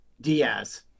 Diaz